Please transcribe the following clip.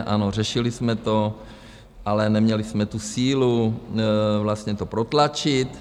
Ano, řešili jsme to, ale neměli jsme tu sílu vlastně to protlačit.